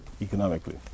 economically